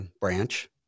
branch